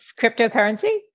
cryptocurrency